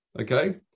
Okay